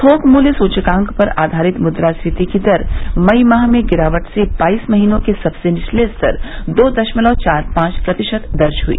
थोक मूल्य सूचकांक पर आधारित मुद्रास्फीति की दर मई माह में गिरावट से बाईस महीनों के सबसे निचले स्तर दो दशमलव चार पांच प्रतिशत दर्ज हुई